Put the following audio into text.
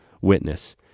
witness